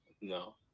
No